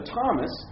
Thomas